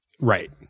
Right